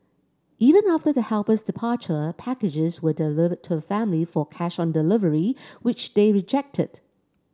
even after the helper's departure packages were delivered to the family for cash on delivery which they rejected